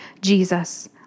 Jesus